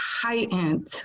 heightened